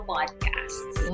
Podcasts